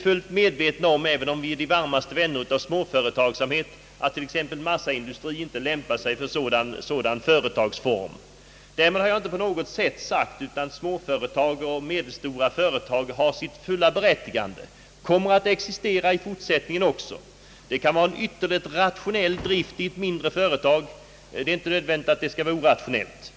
Även om vi är de varmaste vänner av småföretagsamhet, är vi fullt medvetna om att just massaindustrin inte lämpar sig för sådan företagsform. Därmed har jag inte på något sätt gjort gällande att små och medelstora företag inte har sitt fulla berättigande. De kommer att existera i fortsättningen också. Ett mindre företag behöver inte nödvändigtvis drivas orationellt, utan det kan ha en ytterligt rationell drift.